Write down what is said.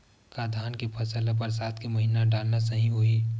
का धान के फसल ल बरसात के महिना डालना सही होही?